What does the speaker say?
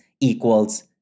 equals